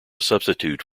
substitute